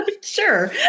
Sure